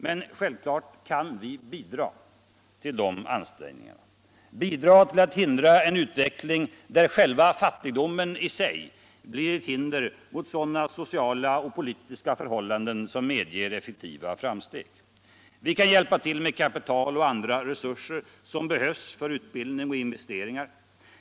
Men självfallet kan vi bidra i dessa ansträngningar, bidra till att hindra en utveckling där fattigdomen i sig blir ett hinder mot sådana sociala och politiska förhållanden som medger effektiva framsteg. Vi kan hjälpa till med kapital och andra resurser som behövs för utbildning och investeringar.